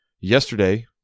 Yesterday